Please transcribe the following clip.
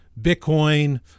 Bitcoin